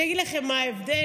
אני אגיד לך מה ההבדל.